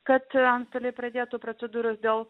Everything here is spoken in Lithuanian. kad antstoliai pradėtų procedūras dėl